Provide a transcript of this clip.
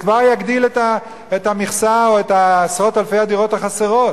זה כבר יגדיל את המכסה או את עשרות אלפי הדירות החסרות.